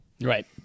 right